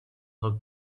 for